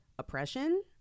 oppression